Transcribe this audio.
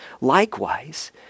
Likewise